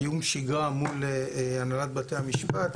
קיום שגרה מול הנהלת בתי המשפט,